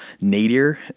nadir